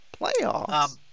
Playoffs